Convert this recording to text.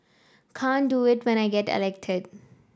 can't do it when I get elected